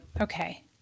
Okay